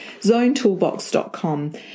zonetoolbox.com